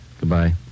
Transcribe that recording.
Goodbye